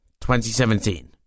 2017